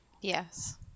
Yes